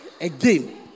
Again